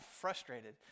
frustrated